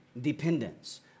dependence